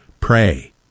Pray